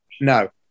No